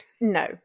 no